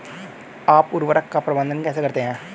आप उर्वरक का प्रबंधन कैसे करते हैं?